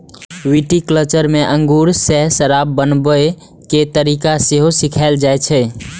viticulture मे अंगूर सं शराब बनाबै के तरीका सेहो सिखाएल जाइ छै